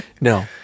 No